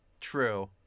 True